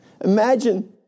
Imagine